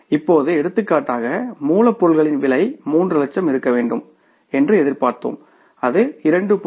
இப்போது எடுத்துக்காட்டாக மூலப்பொருளின் விலை 3 லட்சம் இருக்க வேண்டும் என்று எதிர்பார்த்தோம் அது 2